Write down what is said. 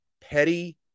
petty